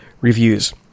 reviews